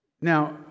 Now